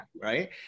Right